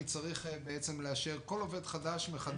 אני צריך לאשר מחדש כל עובד חדש,